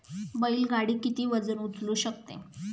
बैल गाडी किती वजन उचलू शकते?